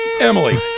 Emily